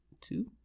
Two